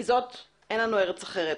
כי אין לנו ארץ אחרת.